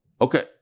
Okay